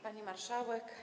Pani Marszałek!